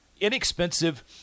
inexpensive